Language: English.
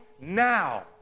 now